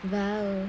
!wow!